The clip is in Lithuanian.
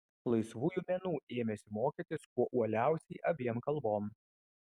laisvųjų menų ėmėsi mokytis kuo uoliausiai abiem kalbom